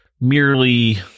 merely